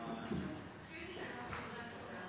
for den, jeg